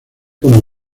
como